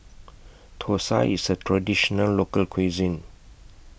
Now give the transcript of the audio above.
Thosai IS A Traditional Local Cuisine